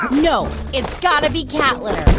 no. it's got to be cat litter.